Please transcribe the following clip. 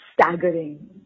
staggering